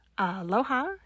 Aloha